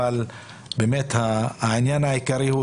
אבל העניין העיקרי הוא